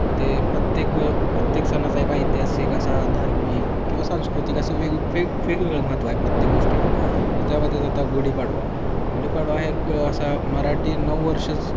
मग ते प्रत्येक ग प्रत्येक सणाचा एक ऐतिहासिक असा धार्मिक किंवा सांस्कृतिक असं वेगेग वेगवेगळं महत्त्व आहे प्रत्येक गोष्टीला त्यामध्ये जर आता गुढीपाडवा गुढीपाडवा हे एक असा मराठी नव वर्ष